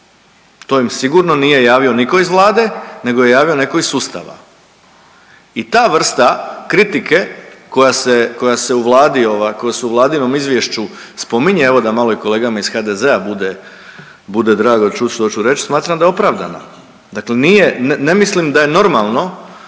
To im sigurno nije javio niko iz Vlade nego je javio neko iz sustava. I ta vrsta kritike koja se u Vladi koja se u vladinom izvješću spominje, evo da malo kolegama iz HDZ-a bude drago čut što ću reć smatram da je opravdano. Dakle, ne mislim da je normalno